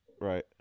Right